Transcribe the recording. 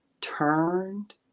turned